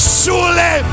surely